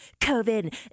COVID